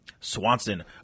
Swanson